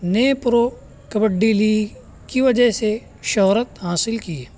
نے Pro Kabaddi League کی وجہ سے شہرت حاصل کی ہے